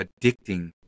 addicting